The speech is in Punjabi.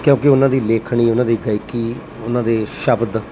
ਕਿਉਂਕਿ ਉਹਨਾਂ ਦੀ ਲਿਖਣੀ ਉਹਨਾਂ ਦੀ ਗਾਇਕੀ ਉਹਨਾਂ ਦੇ ਸ਼ਬਦ